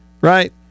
right